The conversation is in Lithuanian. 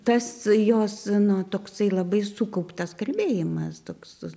tas jos nu toksai labai sukauptas kalbėjimas toks